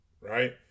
right